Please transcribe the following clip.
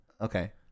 Okay